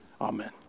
Amen